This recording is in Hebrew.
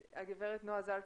גברת נועה זלצמן,